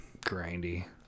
Grindy